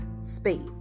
space